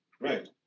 Right